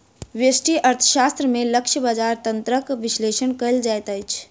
व्यष्टि अर्थशास्त्र में लक्ष्य बजार तंत्रक विश्लेषण कयल जाइत अछि